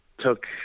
took